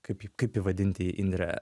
kaip kaip įvadinti indre